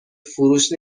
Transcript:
فروش